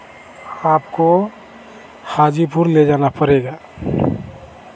आपको हाजीपुर ले जाना पड़ेगा